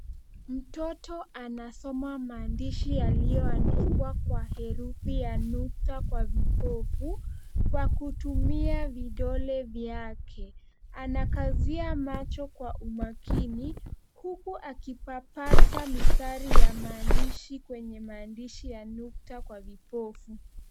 Mtoto anasoma maandishi yaliyoandikwa kwa herufi ya nukta kwa mpofu kwa kutumia vidole vyake. Anakazia macho kwa umakini huku akipapasa mistari ya maandishi kwenye maandishi ya nukta kwa vipofu.